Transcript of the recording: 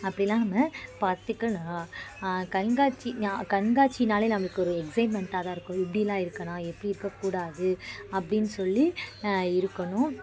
அப்படிலாம் நம்ம பார்த்துக்கலாம் கண்காட்சி நியா கண்காட்சினாலே நம்மளுக்கு ஒரு எக்சைட்மெண்ட்டாகதான் இருக்கும் எப்படிலாம் இருக்கலாம் எப்படி இருக்கக்கூடாது அப்படின்னு சொல்லி இருக்கணும்